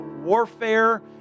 warfare